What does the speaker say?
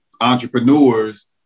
entrepreneurs